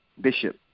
Bishop